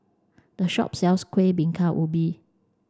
the shop sells kueh bingka ubi